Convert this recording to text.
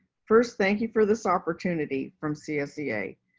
first thank you for this opportunity from csea.